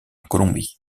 colombie